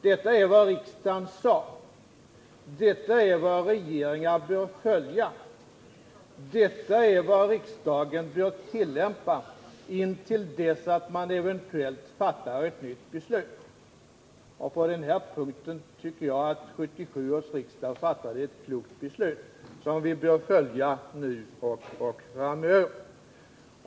Detta är vad riksdagen uttalade. Detta är vad regeringar bör följa. Detta är vad riksdagen bör tillämpa intill dess att man eventuellt fattar ett nytt beslut. På den här punkten tycker jag att riksdagen år 1977 fattade ett klokt beslut som vi bör följa nu och framöver.